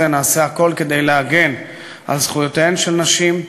נעשה הכול כדי להגן על זכויותיהן של נשים,